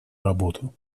работу